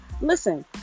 listen